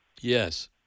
Yes